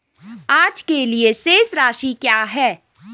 आज के लिए शेष राशि क्या है?